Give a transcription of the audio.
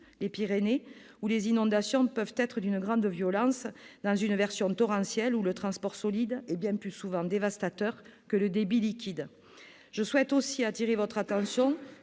les Pyrénées, où les inondations peuvent être d'une grande violence, dans une version torrentielle où le transport solide est bien plus souvent dévastateur que le débit liquide. Je souhaite aussi attirer votre attention